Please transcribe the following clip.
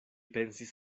pensis